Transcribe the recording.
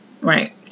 right